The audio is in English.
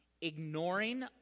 Ignoring